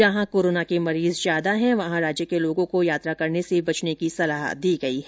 जहां कोरोना के मरीज ज्यादा है वहां राज्य के लोगों को यात्रा करने से बचने की सलाह दी गई है